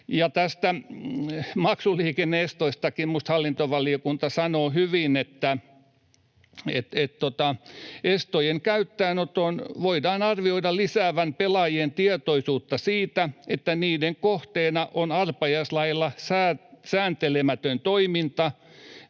maksuliikenne-estoistakin minusta hallintovaliokunta sanoo hyvin: ”Estojen käyttöönoton voidaan arvioida lisäävän pelaajien tietoisuutta siitä, että niiden kohteena on arpajaislailla sääntelemätön toiminta,